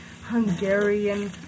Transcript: Hungarian